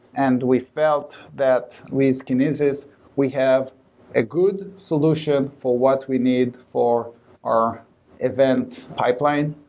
and we felt that with kinesis, we have a good solution for what we need for our event pipeline,